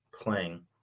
playing